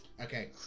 Okay